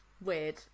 Weird